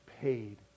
paid